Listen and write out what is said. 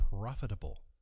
profitable